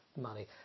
money